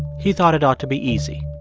he thought it ought to be easy.